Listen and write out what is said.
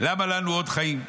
--- למה לנו עוד חיים.